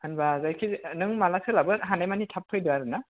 होनबा जायखि नों माला सोलाबो हानाय मानि थाब फैदो आरो ना